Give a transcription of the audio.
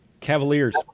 Cavaliers